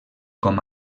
com